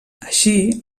així